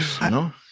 No